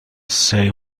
say